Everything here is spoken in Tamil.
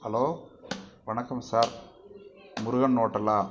ஹலோ வணக்கம் சார் முருகன் ஓட்டலா